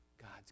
God's